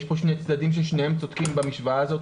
יש פה שני צדדים ששניהם צודקים במשוואה הזאת,